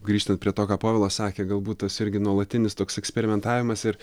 grįžtant prie to ką povilas sakė galbūt tas irgi nuolatinis toks eksperimentavimas ir